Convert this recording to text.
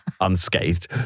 unscathed